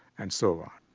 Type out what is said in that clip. and so on.